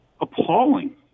appalling